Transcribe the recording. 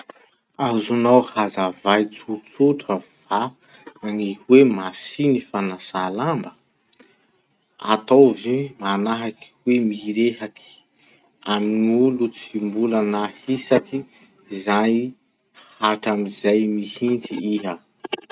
Azonao hazavay tsotsotra va ny hoe masiny fanasà lamba? Ataovy manahaky hoe mirehaky amy gn'olo tsy mbola nahisaky izay hatramizay mihitsy iha.